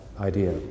idea